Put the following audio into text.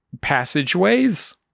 passageways